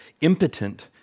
impotent